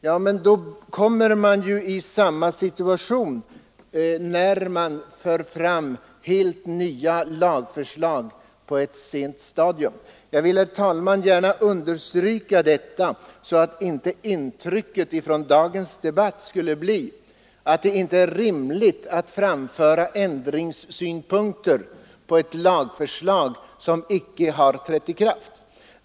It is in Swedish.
Ja, men man kommer ju i samma situation när man för fram helt nya lagförslag på ett sent stadium! Jag vill, herr talman, gärna understryka detta för att inte intrycket från dagens debatt skall bli att det inte är rimligt att föreslå ändringar i en lag som icke har trätt i kraft.